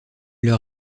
leur